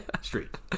Street